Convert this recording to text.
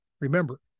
Remember